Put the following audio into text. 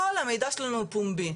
כל המידע שלנו הוא פומבי.